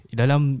dalam